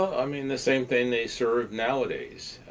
i mean the same thing they serve nowadays.